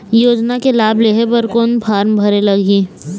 योजना के लाभ लेहे बर कोन फार्म भरे लगही?